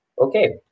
Okay